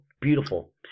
beautiful